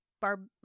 Barb